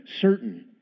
certain